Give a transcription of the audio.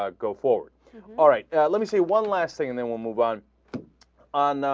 ah go forth alright let me say one last thing they will move on on ah.